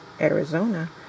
Arizona